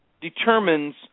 determines